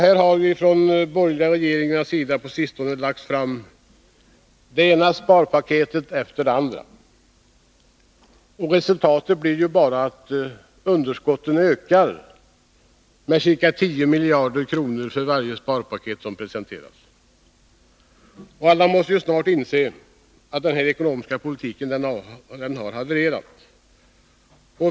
Här har borgerliga regeringar på sistone lagt fram det ena sparpaketet efter det andra, men resultatet har bara blivit att budgetunderskotten ökat med ca 10 miljarder kronor för varje besparingspaket som presenterats. Alla måste väl snart inse att denna ekonomiska politik har havererat.